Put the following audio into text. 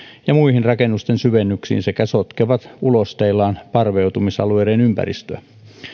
ja muihin rakennusten syvennyksiin sekä sotkevat ulosteillaan parveutumisalueidensa ympäristöä